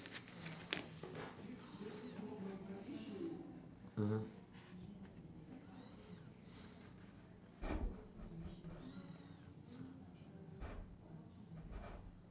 (uh huh)